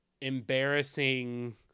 embarrassing